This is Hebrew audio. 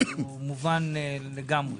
הוא מובן לגמרי.